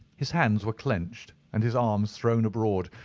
his hands were clenched and his arms thrown abroad,